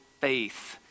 faith